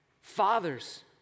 Fathers